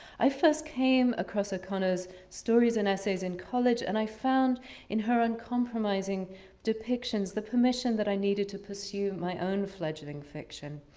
i first came across o'connor's stories and essays in college and i found in her uncompromising depictions the permission that i needed to pursue my own fledgling fiction.